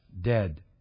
dead